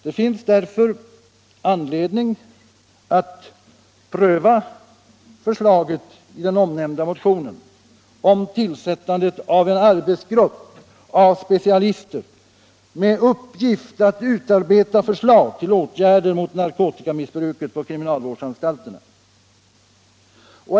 Det finns därför anledning att pröva förslaget i den nämnda motionen om tillsättande av en arbetsgrupp av specialister med uppgift att utarbeta förslag till åtgärder mot narkotikamissbruket på kriminalvårdsanstalterna.